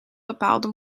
bepaalde